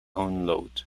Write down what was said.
unload